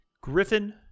Griffin